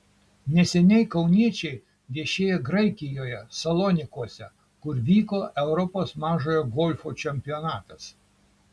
neseniai kauniečiai viešėjo graikijoje salonikuose kur vyko europos mažojo golfo čempionatas